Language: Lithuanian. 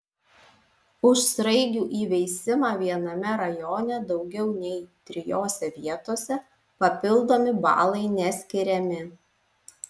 už sraigių įveisimą viename rajone daugiau nei trijose vietose papildomi balai neskiriami